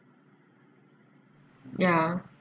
ya